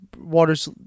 Waters